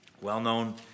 well-known